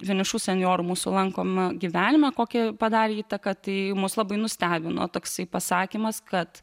vienišų senjorų mūsų lankomą gyvenimą kokią padarė įtaką tai mus labai nustebino toksai pasakymas kad